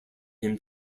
him